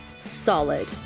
Solid